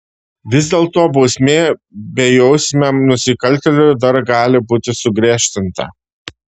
vis dėlto bausmė bejausmiam nusikaltėliui dar gali būti sugriežtinta